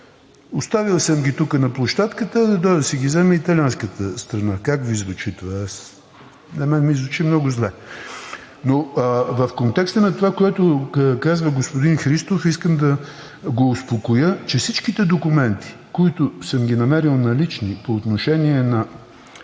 оставил съм ги тук на площадката, да дойде да си ги вземе италианската страна. Как Ви звучи това? На мен ми звучи много зле. Но в контекста на това, което казва господин Христов, искам да го успокоя, че всичките документи, които съм ги намерил налични по отношение на